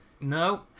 No